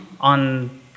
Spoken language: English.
on